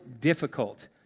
difficult